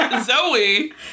Zoe